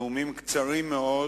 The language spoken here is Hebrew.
נאומים קצרים מאוד